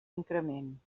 increment